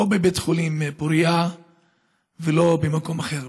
לא בבית חולים פוריה ולא במקום אחר.